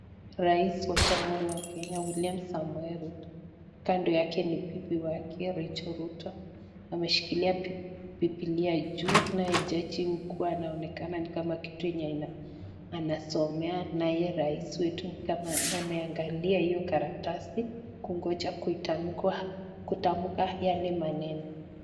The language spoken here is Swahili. Rais wa Jamhuri ya Kenya William Samoei Ruto, kando yake ni bibi wake Rachael Ruto. Ameshikilia bibilia juu naye jaji mkuu anaonekana ni kama kitu yenye anasomea naye rais wetu ni kama ameangalia hiyo karatasi kungonja kutamka yale maneno.